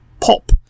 pop